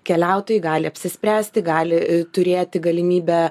keliautojai gali apsispręsti gali turėti galimybę